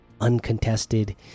uncontested